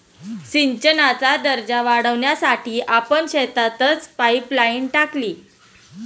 सिंचनाचा दर्जा वाढवण्यासाठी आपण शेतातच पाइपलाइन टाकली